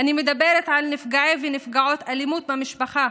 אני מדברת על נפגעי ונפגעות אלימות במשפחה,